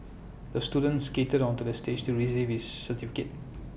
the student skated onto the stage to receive his certificate